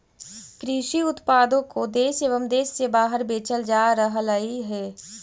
कृषि उत्पादों को देश एवं देश से बाहर बेचल जा रहलइ हे